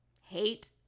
hate